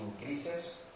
increases